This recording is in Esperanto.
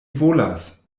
volas